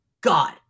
God